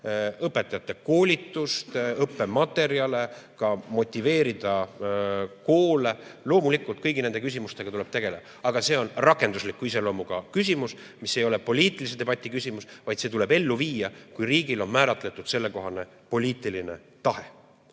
õpetajate koolitust, õppematerjale, ka motiveerida koole. Loomulikult, kõigi nende küsimustega tuleb tegeleda, aga see on rakendusliku iseloomuga küsimus, mis ei ole poliitilise debati küsimus, vaid see tuleb ellu viia, kui riigil on määratletud sellekohane poliitiline tahe.